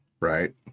Right